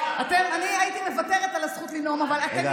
אני הייתי מוותרת על הזכות לנאום, אבל אתם